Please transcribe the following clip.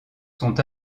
sont